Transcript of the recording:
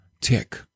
tick